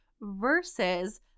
versus